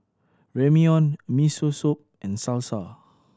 Ramyeon Miso Soup and Salsa